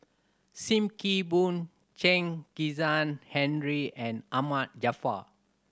Sim Kee Boon Chen Kezhan Henri and Ahmad Jaafar